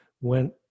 went